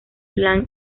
plan